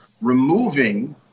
removing